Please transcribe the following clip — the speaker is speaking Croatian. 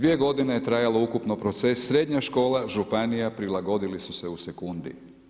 2 godine je trajao ukupno proces, srednja škola, županija prilagodili su se u sekundi.